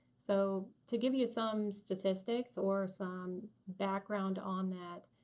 so to give you some statistics or some background on that,